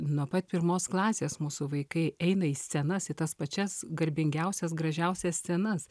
nuo pat pirmos klasės mūsų vaikai eina į scenas į tas pačias garbingiausias gražiausias scenas